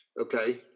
Okay